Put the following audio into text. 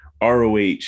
ROH